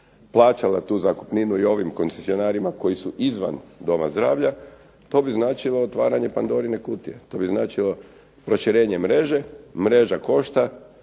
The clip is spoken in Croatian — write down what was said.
plaćala tu zakupninu i ovim koncesionarima koji su izvan doma zdravlja to bi značilo otvaranje Pandorine kutije. To bi značilo proširenje mreže. Mreža košta.